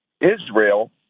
Israel